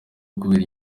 kubera